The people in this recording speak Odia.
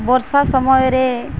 ବର୍ଷା ସମୟରେ